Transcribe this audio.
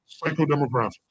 psychodemographics